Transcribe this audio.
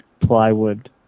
plywood